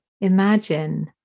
imagine